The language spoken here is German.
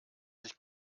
sich